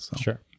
Sure